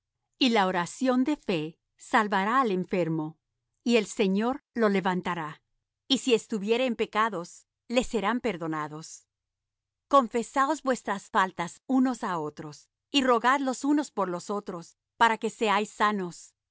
y la oración de fe salvará al enfermo y el señor lo levantará y si estuviere en pecados le serán perdonados confesaos vuestras faltas unos á otros y rogad los unos por los otros para que seáis sanos